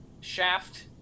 shaft